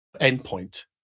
endpoint